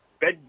bed